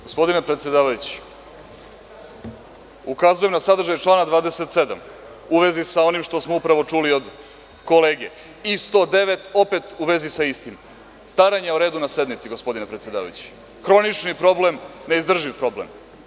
Gospodine predsedavajući, ukazujem na sadržaj člana 27. u vezi sa onim što smo upravo čuli od kolege, i 109. opet u vezi sa istim, staranje o redu na sednici, gospodine predsedavajući, hronični problem, neizdrživ problem.